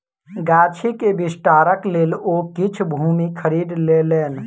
गाछी के विस्तारक लेल ओ किछ भूमि खरीद लेलैन